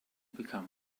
become